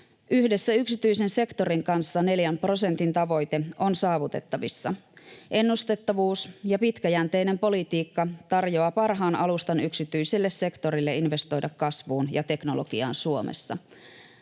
Yhdessä yksityisen sektorin kanssa 4 prosentin tavoite on saavutettavissa. Ennustettavuus ja pitkäjänteinen politiikka tarjoaa parhaan alustan yksityiselle sektorille investoida kasvuun ja teknologiaan Suomessa.